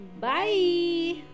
Bye